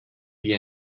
wie